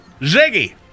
Ziggy